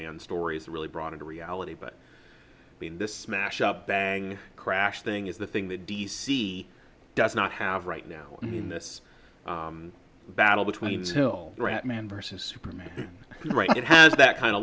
man stories really brought into reality but in this smash up bag crash thing is the thing that d c does not have right now in this battle between still man versus superman right it has that kind of